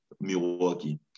Milwaukee